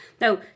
Now